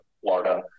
Florida